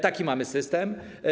Taki mamy system.